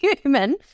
human